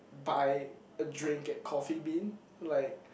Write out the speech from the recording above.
buy a drink at Coffee Bean like